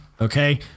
Okay